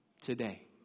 today